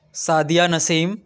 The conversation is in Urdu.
سعدیہ نسیم